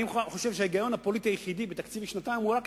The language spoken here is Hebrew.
אני חושב שההיגיון הפוליטי היחידי בתקציב לשנתיים הוא זה: